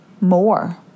more